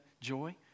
joy